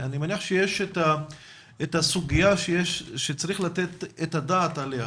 אני מניח שיש הסוגיה שצריך לתת את הדעת עליה,